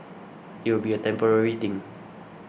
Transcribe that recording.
it will be a temporary thing